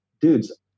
dudes